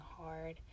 hard